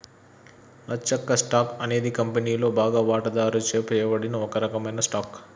లచ్చక్క, stock అనేది కంపెనీలోని బాగా వాటాదారుచే చేయబడిన ఒక రకమైన స్టాక్